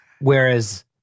Whereas-